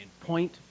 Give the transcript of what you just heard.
point